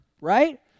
right